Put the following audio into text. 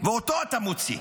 ואותו אתה מוציא.